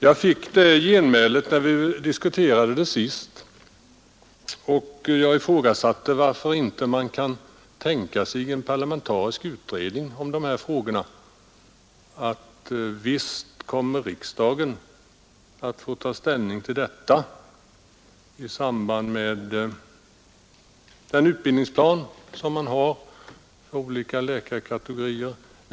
Jag fick det genmälet, när vi diskuterade detta ämne senast och jag frågade varför man inte kunde tänka sig en parlamentarisk utredning om hälsooch sjukvårdens målsättning att riksdagen kommer att få ta ställning till detta i samband med behandlingen av utbildningsplanen för olika läkarkategorier.